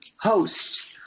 host